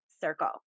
circle